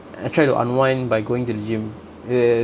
I try to unwind by going to the gym ya ya